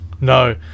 no